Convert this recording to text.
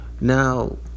Now